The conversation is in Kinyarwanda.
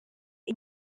iyi